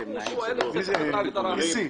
בשבילי זה דבר מעשי.